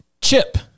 Chip